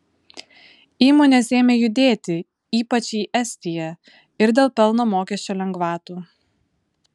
įmonės ėmė judėti ypač į estiją ir dėl pelno mokesčio lengvatų